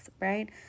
right